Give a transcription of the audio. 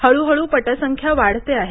हळू हळू पटसंख्या वाढते आहे